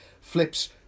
flips